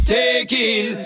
taking